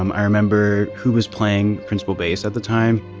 um i remember who was playing principal bass at the time.